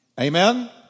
Amen